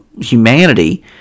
humanity